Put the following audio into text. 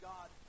God